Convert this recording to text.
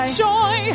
joy